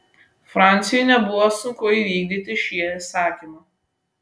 franciui nebuvo sunku įvykdyti šį įsakymą